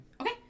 Okay